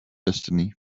destiny